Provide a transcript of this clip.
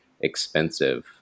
expensive